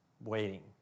waiting